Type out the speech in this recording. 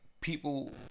people